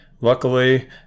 Luckily